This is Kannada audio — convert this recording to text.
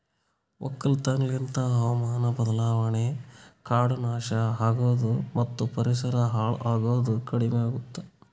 ಒಕ್ಕಲತನ ಲಿಂತ್ ಹಾವಾಮಾನ ಬದಲಾವಣೆ, ಕಾಡು ನಾಶ ಆಗದು ಮತ್ತ ಪರಿಸರ ಹಾಳ್ ಆಗದ್ ಕಡಿಮಿಯಾತು